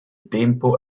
tempo